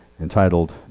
entitled